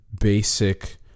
Basic